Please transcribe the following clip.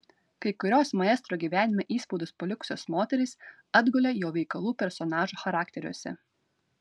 kai kurios maestro gyvenime įspaudus palikusios moterys atgulė jo veikalų personažų charakteriuose